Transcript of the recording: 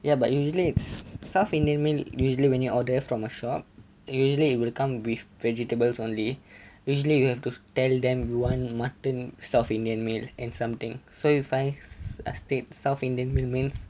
ya but usually south indian meal usually when you order from a shop usually it will come with vegetables only usually you will have to tell them you want mutton south indian meal and something so if I state south indian meal means